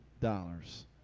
dollars